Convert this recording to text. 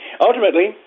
Ultimately